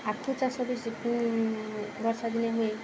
ଆଖୁ ଚାଷ ବି ବର୍ଷା ଦିନେ ହୁଏ